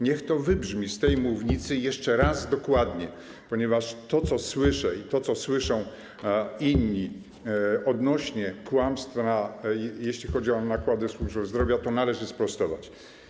Niech to wybrzmi z tej mównicy jeszcze raz dokładnie, ponieważ to, co słyszę, i to, co słyszą inni odnośnie do kłamstwa, jeśli chodzi o nakłady na służbę zdrowia, to należy sprostować.